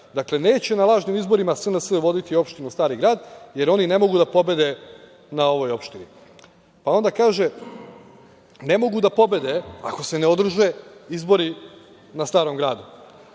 Dakle, neće na lažni izborima SNS voditi opštinu Stari Grad, jer oni ne mogu da pobede na ovoj opštini. Onda kaže – ne mogu da pobede ako se ne održe izbori na Starom Gradu.